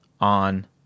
on